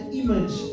image